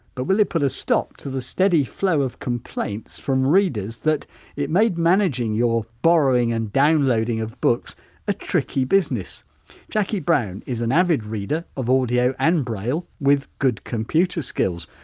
but will it put a stop to the steady flow of complaints from readers that it made managing your borrowing and downloading of books a tricky business jackie brown is an avid reader of audio and brail with good computer skills!